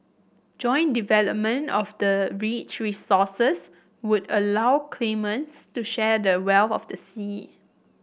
joint development of the rich resources would allow claimants to share the wealth of the sea